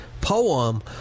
poem